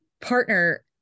partner